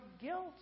guilt